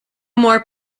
more